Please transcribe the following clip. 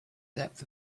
depth